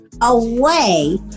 away